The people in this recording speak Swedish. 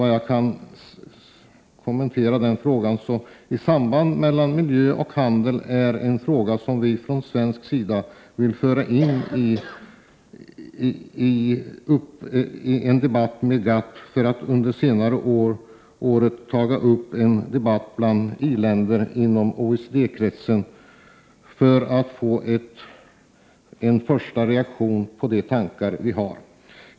Det är en fråga som, i sambandet mellan miljö och handel, vi från svensk sida vill föra in i en debatt med GATT, för att senare under året ta upp frågan i en debatt bland i-länder inom OECD-kretsen — detta för att få en första reaktion på de tankar vi har.